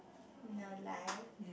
no life